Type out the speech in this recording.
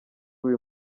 uyu